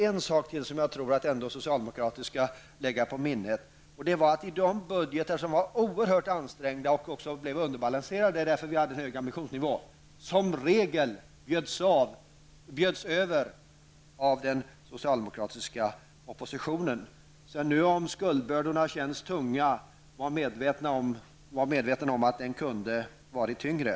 En sak till som jag tycker att socialdemokraterna skall lägga på minnet är att den tidens budgetar, som var oerhört ansträngda och som också blev underbalanserade på grund av vår höga ambitionsnivå, som regel bjöds över av den socialdemokratiska oppositionen. Om skuldbördorna nu känns tunga, skall vi vara medvetna om att de kunde ha varit tyngre.